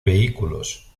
vehículos